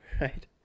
Right